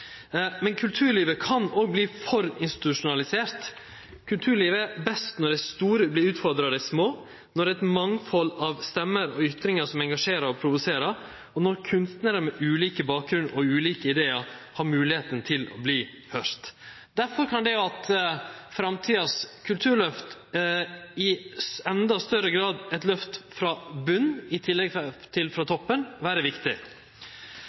men kulturlivet kan òg bli for institusjonalisert. Kulturlivet er best når dei store vert utfordra av dei små, når eit mangfald av stemmer og ytringar engasjerer og provoserer, og når kunstnarar med ulik bakgrunn og ulike idear har moglegheita til å bli høyrde. Derfor kan det at framtidas kulturløft i endå større grad får eit løft frå botnen, i tillegg til frå toppen, vere viktig.